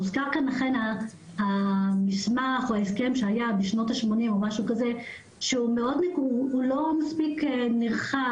הוזכר כאן המסמך או ההסכם שהיה בשנות השמונים והוא לא מספיק נרחב,